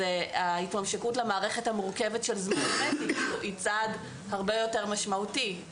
אז ההתממשקות למערכת המורכבת של זמן אמת היא צעד הרבה יותר משמעותי,